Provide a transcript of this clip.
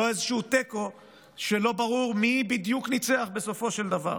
לא איזשהו תיקו שלא ברור מי בדיוק ניצח בסופו של דבר.